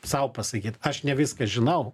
sau pasakyt aš ne viską žinau